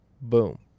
boom